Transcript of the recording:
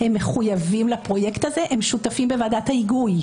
הם מחויבים לפרויקט הזה, הם שותפים בוועדת ההיגוי.